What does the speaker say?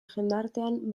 jendartean